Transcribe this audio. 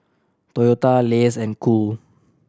Toyota Lays and Cool